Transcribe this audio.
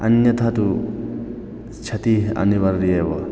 अन्यथा तु क्षतिः अनिवार्या एव